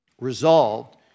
resolved